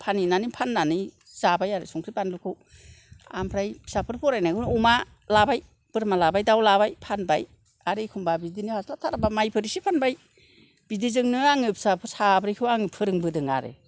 फानहैनानै फाननानै जाबाय आरो संख्रि बानलुखौ आमफ्राय फिसाफोर फरायनायखौ अमा लाबाय बोरमा लाबाय दाव लाबाय फानबाय आरो एखनबा बिदिनो हासलाबथाराबा माइफोर एसे फानबाय बिदिजोंनो आङो फिसाफोर साब्रैखौ आं फोरोंबोदों आरो